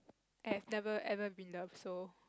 I have never ever been loved so